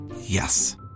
Yes